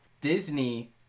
Disney